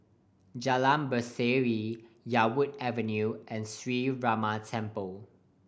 Jalan Berseri Yarwood Avenue and Sree Ramar Temple